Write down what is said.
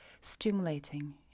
stimulating